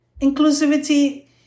Inclusivity